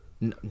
No